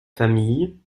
familles